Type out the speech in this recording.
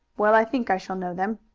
well, i think i shall know them.